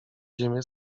ziemię